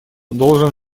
должен